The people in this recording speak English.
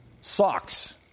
socks